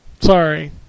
Sorry